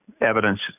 evidence